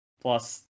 plus